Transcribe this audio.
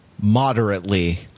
moderately